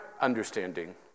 understanding